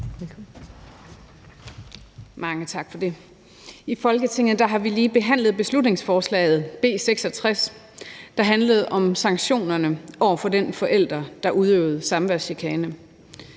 Mange tak for det. I Folketinget har vi lige behandlet beslutningsforslag nr. B 66, der handlede om sanktioner over for den forælder, der udøvede samværschikane,